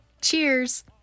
Cheers